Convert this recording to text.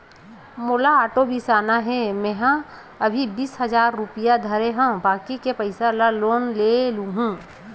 मोला आटो बिसाना हे, मेंहा अभी बीस हजार रूपिया धरे हव बाकी के पइसा ल लोन ले लेहूँ